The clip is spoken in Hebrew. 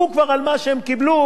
ויש נכים,